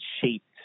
shaped